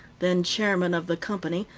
then chairman of the company,